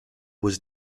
was